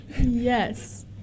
Yes